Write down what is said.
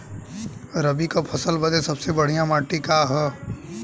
रबी क फसल बदे सबसे बढ़िया माटी का ह?